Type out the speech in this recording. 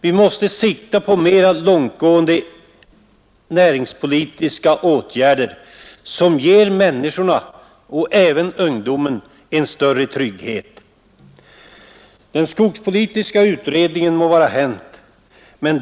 Vi måste sikta på mer långtgående näringspolitiska åtgärder som ger människorna — även de unga — en större trygghet. Det må vara hänt att vi skall vänta på den skogspolitiska utredningen.